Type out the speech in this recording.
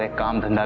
ah come to and